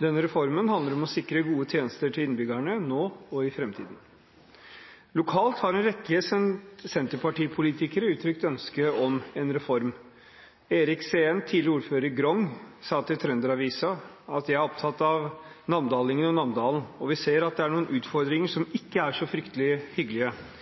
Den reformen handler om å sikre gode tjenester til innbyggerne nå og i framtiden. Lokalt har en rekke Senterparti-politikere uttrykt ønske om en reform. Erik Seem, tidligere ordfører i Grong, har sagt til Trønder-Avisa at de er opptatt av namdalingene og Namdalen, og at de ser at det er noen utfordringer som ikke er så